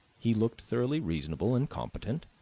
he looked thoroughly reasonable and competent,